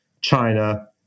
China